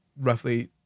roughly